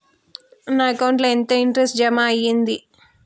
నా అకౌంట్ ల ఎంత ఇంట్రెస్ట్ జమ అయ్యింది?